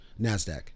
Nasdaq